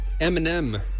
Eminem